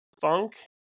funk